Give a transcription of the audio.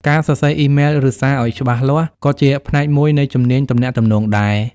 ការសរសេរអ៊ីមែល ឬសារឲ្យច្បាស់លាស់ក៏ជាផ្នែកមួយនៃជំនាញទំនាក់ទំនងដែរ។